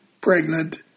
pregnant